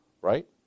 right